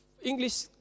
English